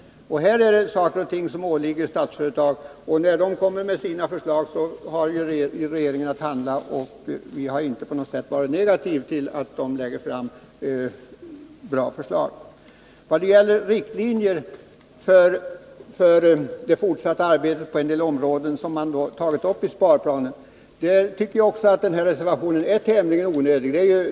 Det här gäller saker som åligger Statsföretag. När man kommer med förslag, har regeringen att handla. Vi har inte på något sätt varit negativa till 175 att Statsföretag lägger fram bra förslag. När det gäller riktlinjer för det fortsatta arbetet på en del områden, som man tagit upp i sparplanen, tycker jag också att reservationen är tämligen onödig.